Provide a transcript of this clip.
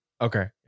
Okay